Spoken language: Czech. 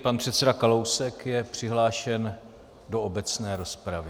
Pan předseda Kalousek, který je přihlášen do obecné rozpravy.